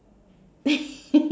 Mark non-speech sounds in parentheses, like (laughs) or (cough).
(laughs)